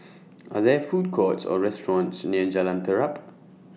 Are There Food Courts Or restaurants near Jalan Terap